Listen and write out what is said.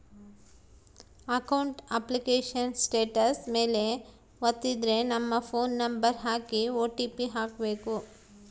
account application status ಮೇಲೆ ವತ್ತಿದ್ರೆ ನಮ್ ಫೋನ್ ನಂಬರ್ ಹಾಕಿ ಓ.ಟಿ.ಪಿ ಹಾಕ್ಬೆಕು